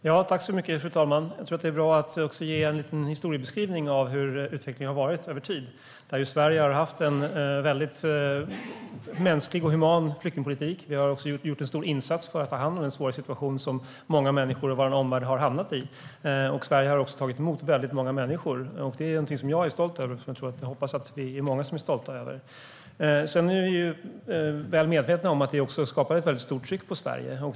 Fru talman! Jag tror det är bra att ge en liten historiebeskrivning av hur utvecklingen har varit över tid. Sverige har haft en väldigt mänsklig och human flyktingpolitik. Vi har också gjort en stor insats för ta hand om den svåra situation som många människor i vår omvärld har hamnat i. Sverige har också tagit emot väldigt många människor. Det är någonting som jag är stolt över och hoppas att vi är många som är stolta över. Vi är väl medvetna om att det också skapar ett väldigt stort tryck på Sverige.